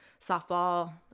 softball